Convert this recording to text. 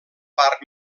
parc